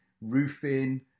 roofing